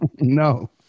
No